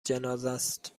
جنازهست